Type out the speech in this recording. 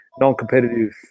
non-competitive